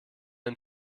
den